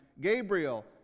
Gabriel